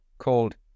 called